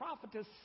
prophetess